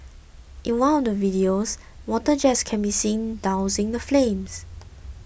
in one of the videos water jets can be seen dousing the flames